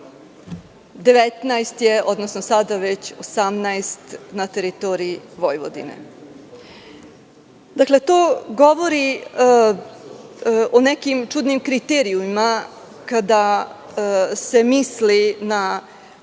19 je, odnosno sada već 18 na teritoriji Vojvodine. To govori o nekim čudnim kriterijumima kada se misli na